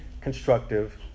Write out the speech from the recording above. constructive